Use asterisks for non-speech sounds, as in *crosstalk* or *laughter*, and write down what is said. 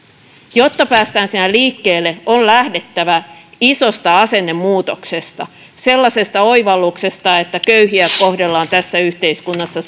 jotta päästään siinä liikkeelle on lähdettävä isosta asennemuutoksesta sellaisesta oivalluksesta että köyhiä kohdellaan tässä yhteiskunnassa *unintelligible*